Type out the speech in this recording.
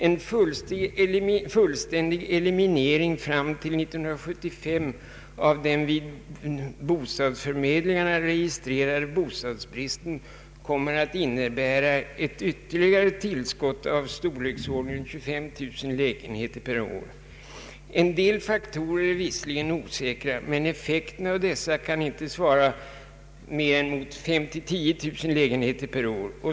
En fullständig eliminering fram till 1975 av den vid bostadsförmedlingarna registrerade bostadsbristen kommer att innebära ett ytterligare tillskott av storleksordningen 25 000 lägenheter per år.” En del faktorer är visserligen osäkra, men effekten av dessa kan inte svara mot mer än 5 000—10 000 lägenheter per år.